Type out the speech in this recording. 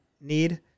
need